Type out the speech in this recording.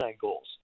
goals